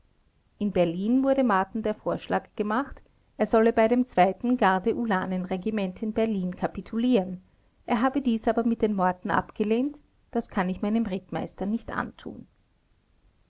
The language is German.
in berlin wurde marten der vorschlag gemacht er solle bei dem zweiten gardeulanenregiment in berlin kapitulieren er habe dies aber mit den worten abgelehnt das kann ich meinem rittmeister nicht antun